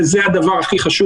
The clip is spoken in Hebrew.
וזה הדבר הכי חשוב.